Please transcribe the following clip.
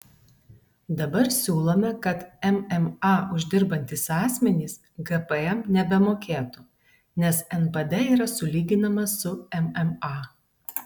dabar siūlome kad mma uždirbantys asmenys gpm nebemokėtų nes npd yra sulyginamas su mma